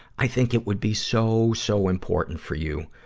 i think it would be so, so important for you